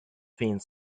fins